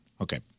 Okay